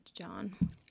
John